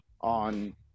on